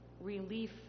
relief